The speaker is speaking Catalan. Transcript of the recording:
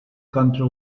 contra